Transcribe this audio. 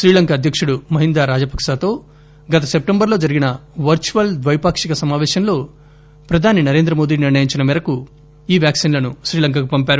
శ్రీలంక అధ్యకుడు మహీంద రాజపక్పాతో గత సెప్టెంబర్ లో జరిగిన వర్చువల్ ద్వైపాక్షిక సమాపేశంలో ప్రధాని నరేంద్రమోదీ నిర్ణయించిన మేరకు ఈ వ్యాక్సిన్లను శ్రీలంకకు పంపారు